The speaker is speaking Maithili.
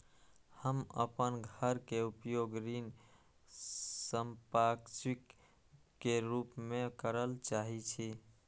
हम अपन घर के उपयोग ऋण संपार्श्विक के रूप में करल चाहि छी